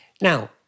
Now